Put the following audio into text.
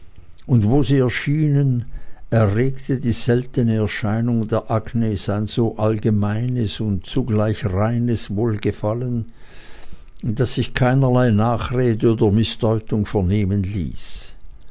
und wo sie erschienen erregte die seltene erscheinung der agnes ein so allgemeines und zugleich reines wohlgefallen daß sich keinerlei nachrede oder mißdeutung vernehmen ließ